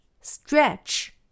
stretch